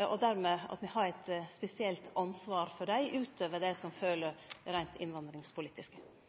og at me dermed har eit spesielt ansvar for dei, utover det som følgjer av reint innvandringspolitiske omsyn?